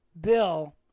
Bill